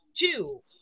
two